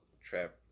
trap